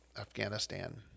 Afghanistan